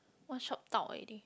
one shot dao already